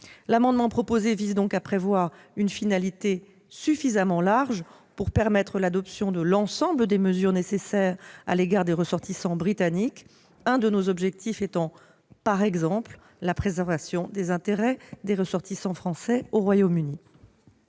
L'amendement n° 12 vise donc à prévoir une finalité suffisamment large pour permettre l'adoption de l'ensemble des mesures nécessaires à l'égard des ressortissants britanniques, un de nos objectifs étant, par exemple, la préservation des intérêts des ressortissants français au Royaume-Uni.